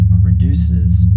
reduces